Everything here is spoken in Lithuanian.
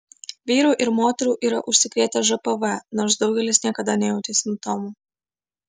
vyrų ir moterų yra užsikrėtę žpv nors daugelis niekada nejautė simptomų